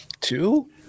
Two